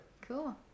cool